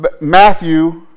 Matthew